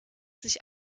sich